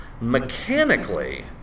mechanically